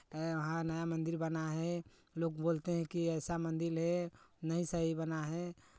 वहाँ नया मंदिर बना है लोग बोलते हैं कि ऐसा मंदिर है नहीं सही बना है